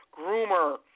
groomer